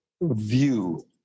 view